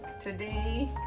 today